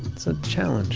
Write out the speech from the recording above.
it's a challenge